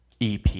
EP